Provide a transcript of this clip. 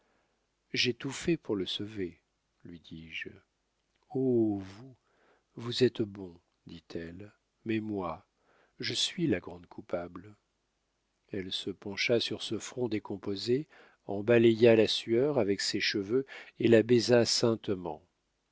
j'ai tout fait pour le sauver lui dis-je oh vous vous êtes bon dit-elle mais moi je suis la grande coupable elle se pencha sur ce front décomposé en balaya la sueur avec ses cheveux et le baisa